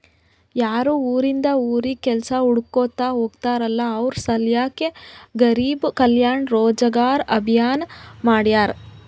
ಯಾರು ಉರಿಂದ್ ಉರಿಗ್ ಕೆಲ್ಸಾ ಹುಡ್ಕೋತಾ ಹೋಗ್ತಾರಲ್ಲ ಅವ್ರ ಸಲ್ಯಾಕೆ ಗರಿಬ್ ಕಲ್ಯಾಣ ರೋಜಗಾರ್ ಅಭಿಯಾನ್ ಮಾಡ್ಯಾರ್